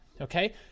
okay